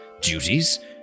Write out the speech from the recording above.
duties